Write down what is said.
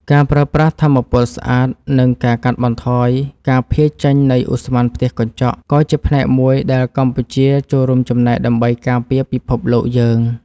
ការប្រើប្រាស់ថាមពលស្អាត និងការកាត់បន្ថយការភាយចេញនៃឧស្ម័នផ្ទះកញ្ចក់ ក៏ជាផ្នែកមួយដែលកម្ពុជាចូលរួមចំណែកដើម្បីការពារពិភពលោកយើង។